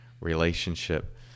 relationship